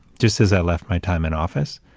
just as i left my time in office,